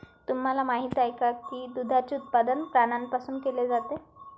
तुम्हाला माहित आहे का की दुधाचे उत्पादन प्राण्यांपासून केले जाते?